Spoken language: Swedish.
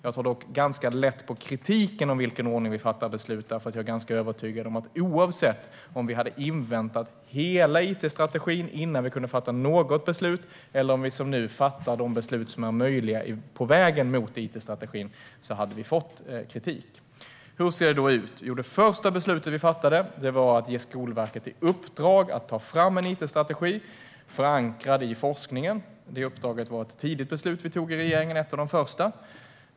Jag tar dock ganska lätt på kritiken av i vilken ordning vi fattar besluten, för jag är ganska övertygad om att vi hade fått kritik oavsett om vi hade inväntat hela it-strategin innan vi fattade något beslut eller om vi gör som nu, det vill säga fattar de beslut som är möjliga på vägen mot it-strategin. Hur ser det då ut? Jo, det första beslut vi fattade var att ge Skolverket i uppdrag att ta fram en it-strategi, förankrad i forskningen. Det uppdraget var ett tidigt beslut vi tog i regeringen - ett av de första.